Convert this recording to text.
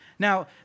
Now